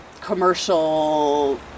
commercial